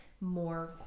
more